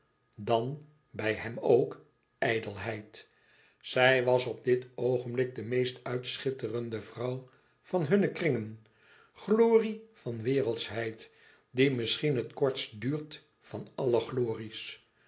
dan bij hem ook ijdelheid zij was op dit oogenblik de meest uitschitterende vrouw van hunne kringen glorie van wereldschheid die misschien het kortst duurt van alle